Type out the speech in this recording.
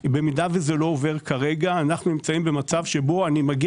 אם זה לא יעבור כרגע נימצא במצב שבו אני אגיע